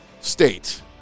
State